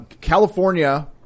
California